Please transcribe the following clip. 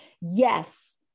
yes